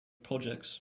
projects